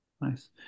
nice